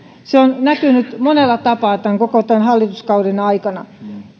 se on näkynyt monella tapaa koko tämän hallituskauden aikana